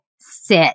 sit